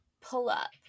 pull-up